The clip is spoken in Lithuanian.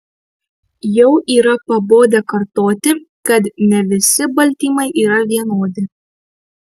jau yra pabodę kartoti kad ne visi baltymai yra vienodi